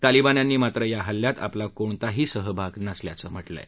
तालिबान्यांनी मात्र या हल्ल्यात आपला कोणताही सहभाग नसल्याचं म्हटलं आहे